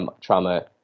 trauma